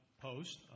post